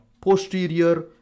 posterior